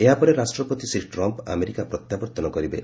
ଏହାପରେ ରାଷ୍ଟ୍ରପତି Shri Trump America ପ୍ରତ୍ୟାବର୍ଭନ କରିବେ